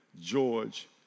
George